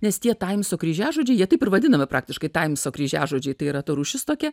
nes tie taimso kryžiažodžiai jie taip ir vadinami praktiškai taimso kryžiažodžiai tai yra ta rūšis tokia